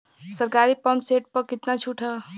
सरकारी pump set प कितना छूट हैं?